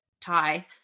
tie